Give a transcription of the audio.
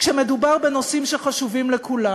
כשמדובר בנושאים שחשובים לכולם.